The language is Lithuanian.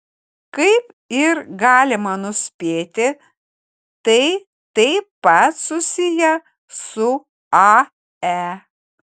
kaip ir galima nuspėti tai taip pat susiję su ae